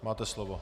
Máte slovo.